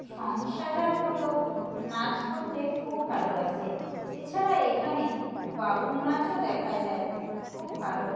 song সাজার মতো নাচ করতে খুব ভালোবাসে এছাড়া এখানে বাউল নাচও দেখা যায় খুব ভালো